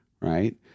right